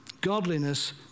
Godliness